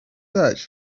search